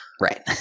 Right